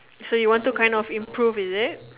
so you want to kind of improve is it